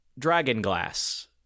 Dragonglass